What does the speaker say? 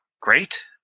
great